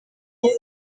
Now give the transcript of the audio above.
iyi